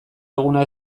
eguna